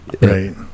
Right